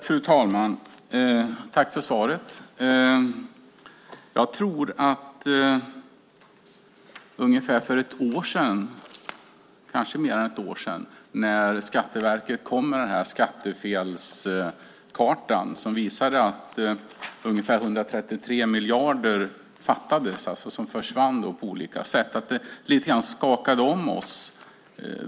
Fru talman! Tack för svaret! Jag tror att det skakade om oss lite grann när Skatteverket för ungefär ett år sedan - det är kanske mer än ett år sedan - kom med den här skattefelskartan, som visade att det fattades ungefär 133 miljarder. Det var alltså pengar som på olika sätt försvann.